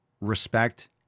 respect